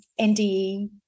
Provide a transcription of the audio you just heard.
NDE